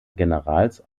generals